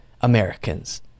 Americans